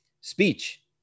speech